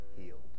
healed